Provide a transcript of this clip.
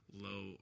low